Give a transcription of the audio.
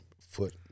foot